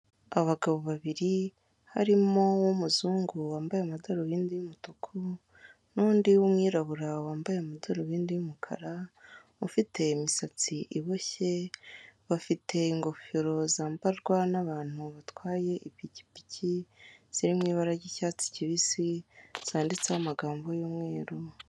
Abagabo babiri, harimo uw'umuzungu wambaye amadarubindi y'umutuku n'undi w'umwirabura wambaye amadarubindi y'umukara ufite imisatsi iboshye, bafite ingofero zambarwa n'abantu batwaye ipikipiki ziri mu ibara ry'icyatsi kibisi, zanditseho amagambo y'umweru.